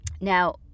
Now